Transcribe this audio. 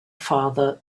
father